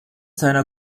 seiner